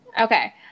Okay